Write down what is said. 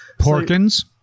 porkins